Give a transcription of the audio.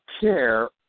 care